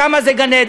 שם זה גן-עדן.